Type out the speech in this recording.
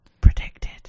predicted